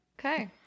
okay